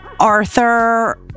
Arthur